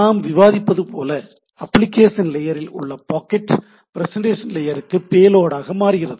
நாம் விவாதிப்பது போல அப்ளிகேஷன் லேயரில் உள்ள பாக்கெட் பிரசெண்டேஷன் லேயர்க்கு பேலோடாக மாறுகிறது